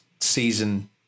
season